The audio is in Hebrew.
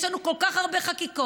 יש לנו כל כך הרבה חקיקות,